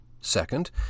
Second